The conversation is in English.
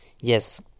Yes